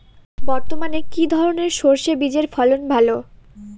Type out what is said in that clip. বর্তমানে কি ধরনের সরষে বীজের ফলন ভালো?